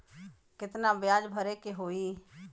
कितना ब्याज भरे के होई?